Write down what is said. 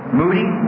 moody